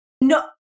no